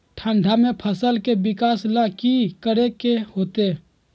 ठंडा में फसल के विकास ला की करे के होतै?